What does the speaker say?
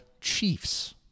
Chiefs